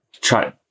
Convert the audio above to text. try